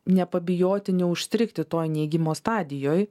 nepabijoti neužstrigti toj neigimo stadijoj